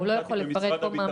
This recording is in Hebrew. הוא לא יכול לפרט כאן.